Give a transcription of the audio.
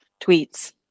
tweets